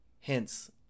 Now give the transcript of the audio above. hence